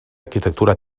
arquitectura